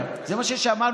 שלוש שנים.